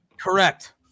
correct